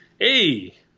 hey